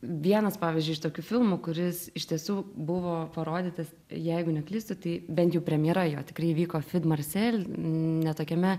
vienas pavyzdžiui iš tokių filmų kuris iš tiesų buvo parodytas jeigu neklystu tai bent jau premjera jo tikrai įvyko fid marsel ne tokiame